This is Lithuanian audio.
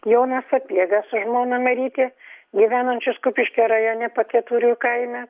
joną sapiegą su žmona maryte gyvenančius kupiškio rajone paketurių kaime